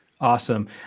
Awesome